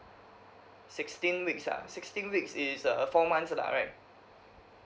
sixteen weeks ah sixteen weeks is uh four months lah right